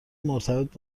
مرتبط